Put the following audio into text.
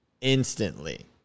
instantly